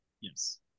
Yes